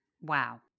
Wow